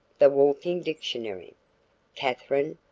the walking dictionary katherine,